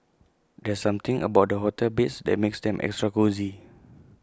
there's something about the hotel beds that makes them extra cosy